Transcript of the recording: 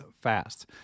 fast